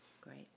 Great